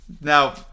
now